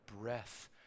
breath